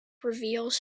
reveals